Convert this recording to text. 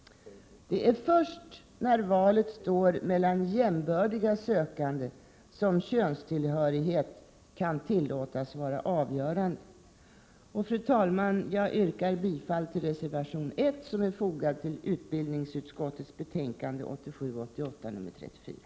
Det är först när valet står mellan jämbördiga sökande som könstillhörighet kan tillåtas vara avgörande. Fru talman! Jag yrkar bifall till reservation 1 som är fogad till utbildningsutskottets betänkande 1987/88:34.